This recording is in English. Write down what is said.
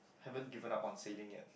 haven't given up on sailing yet